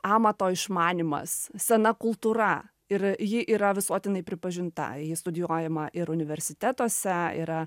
amato išmanymas sena kultūra ir ji yra visuotinai pripažinta ji studijuojama ir universitetuose yra